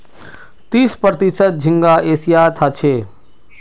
तीस प्रतिशत झींगा एशियात ह छे